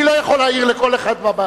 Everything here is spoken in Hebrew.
אני לא יכול להעיר לכל אחד פה,